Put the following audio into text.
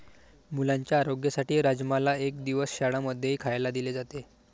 मुलांच्या आरोग्यासाठी राजमाला एक दिवस शाळां मध्येही खायला दिले जाते